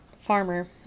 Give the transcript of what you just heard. farmer